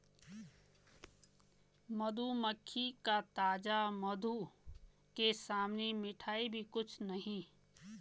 मधुमक्खी का ताजा मधु के सामने मिठाई भी कुछ नहीं